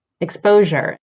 exposure